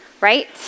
right